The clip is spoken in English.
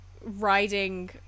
riding